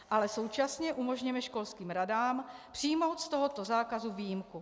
Ale současně umožněme školským radám přijmout z tohoto zákazu výjimku.